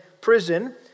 prison